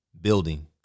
building